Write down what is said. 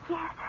Yes